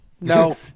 no